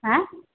হ্যাঁ